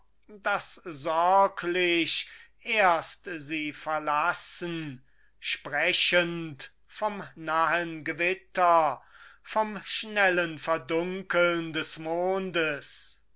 das sorglich erst sie verlassen sprechend vom nahen gewitter vom schnellen verdunkeln des mondes